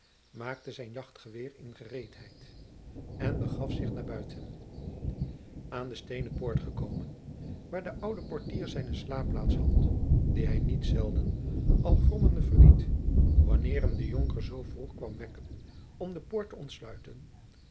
maakte zijn jachtgeweer in gereedheid en begaf zich naar buiten aan de steenen poort gekomen waar de oude poortier zijne slaapplaats had die hij niet zelden al grommende verliet wanneer hem de jonker zoo vroeg kwam wekken om de poort te ontsluiten